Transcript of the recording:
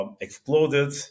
exploded